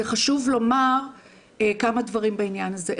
חשוב לומר כמה דברים בעניין הזה.